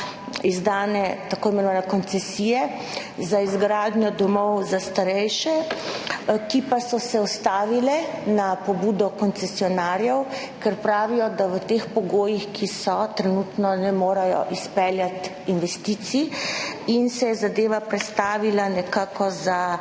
imenovane koncesije za izgradnjo domov za starejše, ki pa so se ustavile na pobudo koncesionarjev, ker pravijo, da v teh pogojih, ki so trenutno, ne morejo izpeljati investicij, in se je zadeva prestavila nekako za